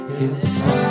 Yes